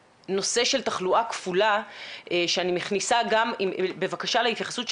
שיתוף הפעולה או החסמים ביניכם כרגע צריכים לאפשר או להראות את הדרך